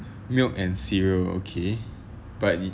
milk and cereal okay but